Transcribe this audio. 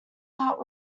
heart